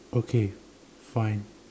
okay fine